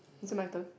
is it my turn